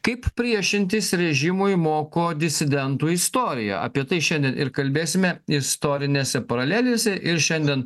kaip priešintis režimui moko disidentų istorija apie tai šiandien ir kalbėsime istorinėse paralelėse ir šiandien